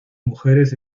mujeres